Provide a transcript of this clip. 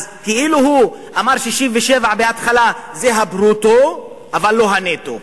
אז כאילו הוא אמר 67' בהתחלה זה הברוטו אבל לא הנטו.